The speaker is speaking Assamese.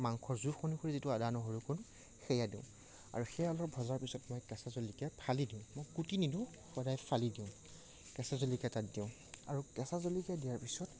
মাংখৰ জোখ অনুসৰি যিটো আদা নহৰুকণ সেয়া দিওঁ আৰু সেয়া অলপ ভজাৰ পিছত মই কেঁচা জলকীয়া ফালি দিওঁ মই কুটি নিদিওঁ সদায় ফালি দিওঁ কেঁচা জলকীয়া তাত দিওঁ আৰু কেঁচা জলকীয়া দিয়াৰ পিছত